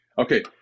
Okay